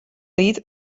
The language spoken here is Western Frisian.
ried